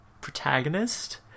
protagonist